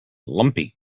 lumpy